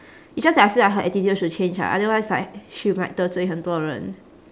it's just that I feel like her attitude should change ah otherwise like she might 得罪很多人